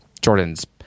Jordan's